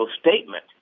statement